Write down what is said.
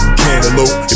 cantaloupe